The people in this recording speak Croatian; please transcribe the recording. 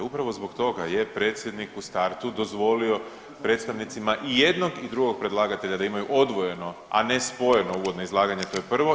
Upravo zbog toga je predsjednik u startu dozvolio predstavnicima i jednog i drugog predlagatelja da imaju odvojeno, a ne spojeno uvodno izlaganje, to je prvo.